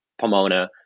Pomona